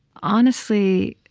honestly,